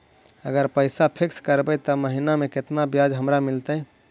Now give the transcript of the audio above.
अगर पैसा फिक्स करबै त महिना मे केतना ब्याज हमरा मिलतै?